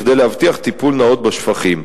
כדי להבטיח טיפול נאות בשפכים.